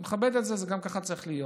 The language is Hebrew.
אני מכבד את זה, ככה זה גם צריך להיות.